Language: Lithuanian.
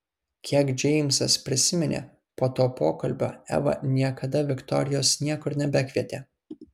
kiek džeimsas prisiminė po to pokalbio eva niekada viktorijos niekur nebekvietė